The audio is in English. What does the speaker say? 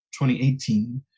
2018